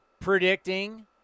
predicting